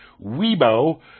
Weibo